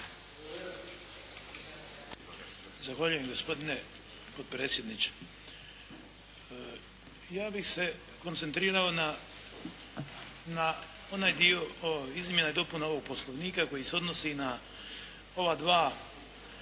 Zahvaljujem gospodine potpredsjedniče. Ja bih se koncentrirao na onaj dio izmjena i dopuna ovog Poslovnika koji se odnosi na ova dva